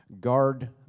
Guard